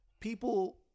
People